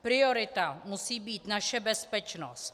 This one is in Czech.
Priorita musí být naše bezpečnost.